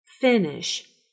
finish